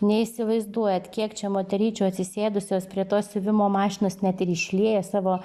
neįsivaizduojat kiek čia moteryčių atsisėdusios prie tos siuvimo mašinos net ir išlieja savo